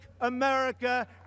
America